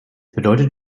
bedeutet